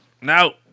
No